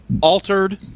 altered